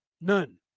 none